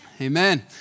amen